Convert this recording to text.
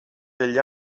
degli